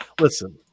Listen